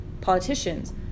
politicians